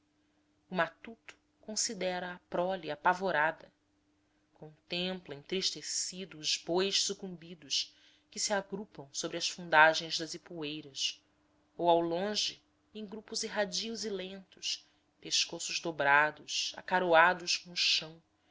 o matuto considera a prole apavorada contempla entristecido os bois sucumbidos que se agrupam sobre as fundagens das ipueiras ou ao longe em grupos erradios e lentos pescoços dobrados acaroados com o chão